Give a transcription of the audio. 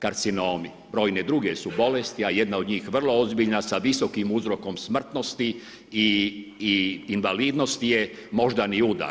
karcinomi, brojne druge su bolesti, a jedna od njih vrlo ozbiljna sa visokim uzrokom smrtnosti i invalidnosti je moždani udar.